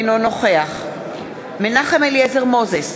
אינו נוכח מנחם אליעזר מוזס,